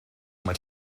mae